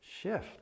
shift